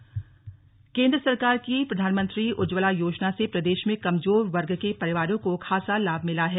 उज्ज्वला योजना केंद्र सरकार की प्रधानमंत्री उज्ज्वला योजना से प्रदेश में कमजोर वर्ग के परिवारों को खासा लाभ मिला है